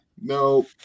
no